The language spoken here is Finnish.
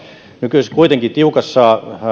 nykyisessä kuitenkin tiukassa